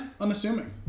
unassuming